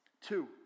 Two